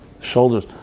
shoulders